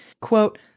Quote